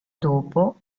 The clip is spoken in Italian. dopo